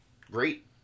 great